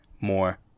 more